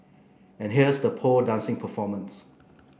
and here's the pole dancing performance